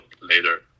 later